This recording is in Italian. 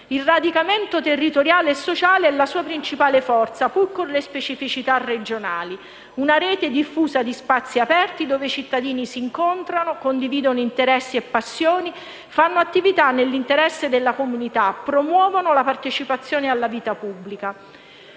Il radicamento territoriale e sociale è la sua principale forza, pur con le specificità regionali; una rete diffusa di spazi aperti dove i cittadini si incontrano, condividono interessi e passioni, fanno attività nell'interesse della comunità, promuovono la partecipazione alla vita pubblica.